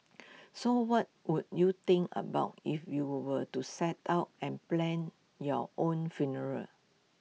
so what would you think about if you were to set out and plan your own funeral